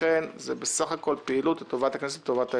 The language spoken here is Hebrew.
לכן זה בסך הכול פעילות לטובת הכנסת ולטובת האזרחים.